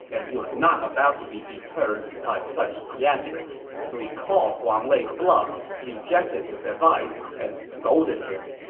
and he was not about to be deterred by such theatrics. so he called wang lei's bluff, rejected his advice, and scolded him